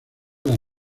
las